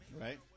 Right